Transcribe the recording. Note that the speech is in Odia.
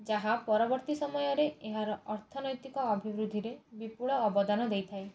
ଯାହା ପରବର୍ତ୍ତୀ ସମୟରେ ଏହାର ଅର୍ଥନୈତିକ ଅଭିବୃଦ୍ଧିରେ ବିପୁଳ ଅବଦାନ ଦେଇଥାଏ